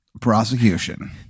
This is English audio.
prosecution